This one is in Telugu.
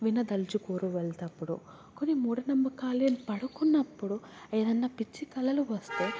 వినదల్చుకోరు వెళ్ళేటప్పుడు కొన్ని మూఢనమ్మకాలే పడుకున్నప్పుడు ఏదన్న పిచ్చి కళలు వస్తే